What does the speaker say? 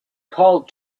called